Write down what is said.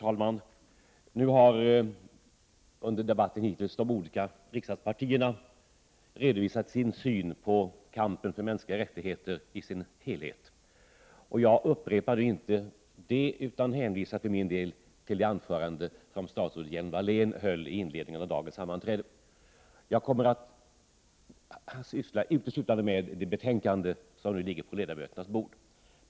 Herr talman! Under debatten hittills har de olika riksdagspartierna redovisat vilken helhetssyn de har på kampen för mänskliga rättigheter. Jag avser inte att återupprepa det som sagts, utan hänvisar för min del till statsrådet Lena Hjelm-Walléns inledningsanförande. Jag kommer uteslutande att syssla med det betänkande som nu ligger på riksdagens bord.